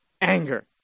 anger